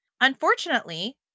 Unfortunately